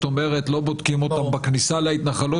זאת אומרת לא בודקים אותם בכניסה להתנחלות